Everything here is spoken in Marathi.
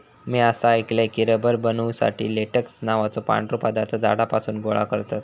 म्या असा ऐकलय की, रबर बनवुसाठी लेटेक्स नावाचो पांढरो पदार्थ झाडांपासून गोळा करतत